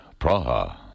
Praha